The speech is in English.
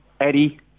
Eddie